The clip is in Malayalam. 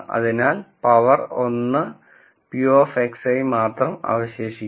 അതിനാൽ പവർ 1 എന്നതിൽ p of xi മാത്രം അവശേഷിക്കും